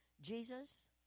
Jesus